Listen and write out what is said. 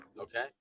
okay